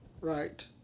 right